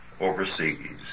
overseas